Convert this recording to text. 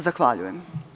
Zahvaljujem.